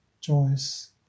choice